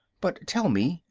but tell me,